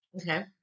Okay